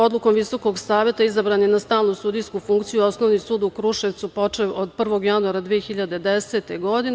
Odlukom Visokog saveta izabran je na stalnu sudijsku funkciju Osnovni sud u Kruševcu počev od 1. januara 2010. godine.